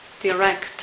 direct